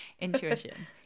Intuition